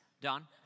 Don